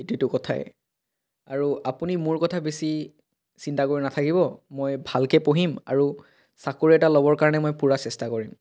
এইটো এইটো কথাই আৰু আপুনি মোৰ কথা বেছি চিন্তা কৰি নাথাকিব মই ভালকৈ পঢ়িম আৰু চাকৰি এটা ল'বৰ কাৰণে মই পুৰা চেষ্টা কৰিম